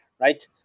right